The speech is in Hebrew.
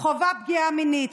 חווה פגיעה מינית,